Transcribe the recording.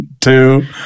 two